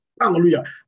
Hallelujah